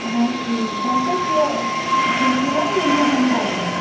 اہَن حظ ٹھیٖک بہٕ حظ چھَس یہِ شکیٖلاہ یِم تۄہہِ ہمسایہِ چھِِو